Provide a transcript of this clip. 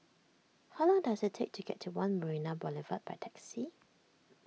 how long does it take to get to one Marina Boulevard by taxi